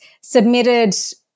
submitted